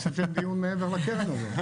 עשיתם דיון מעבר לקרן הזאת.